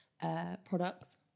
products